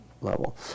level